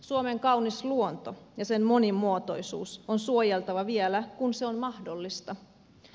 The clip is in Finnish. suomen kaunis luonto ja sen monimuotoisuus on suojeltava vielä kun se on mahdollista